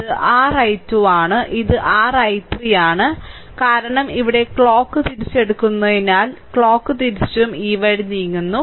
ഇത് r I2 ആണ് ഇത് r I3 ആണ് കാരണം ഇവിടെ ക്ലോക്ക് തിരിച്ച് എടുക്കുന്നതിനാൽ ക്ലോക്ക് തിരിച്ചും ഈ വഴി നീങ്ങുന്നു